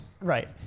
Right